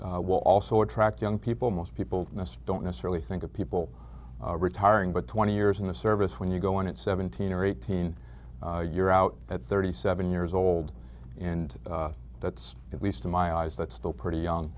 taxation will also attract young people most people don't necessarily think of people retiring but twenty years in the service when you go on at seventeen or eighteen you're out at thirty seven years old and that's at least in my eyes that's still pretty young